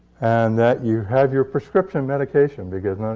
and that you have your prescription medication. because